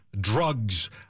drugs